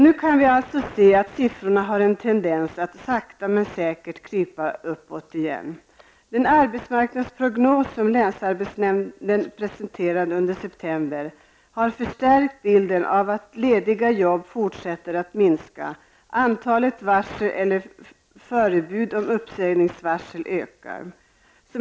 Nu kan vi se att siffrorna har en tendens att sakta men säkert krypa uppåt igen. Den arbetsmarknadsprognos som länsarbetsnämnden presenterade under september har förstärkt bilden av att antalet lediga jobb fortsätter att minska, medan antalet varsel eller förebud om uppsägningsvarsel ökar.